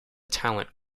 talent